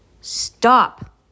stop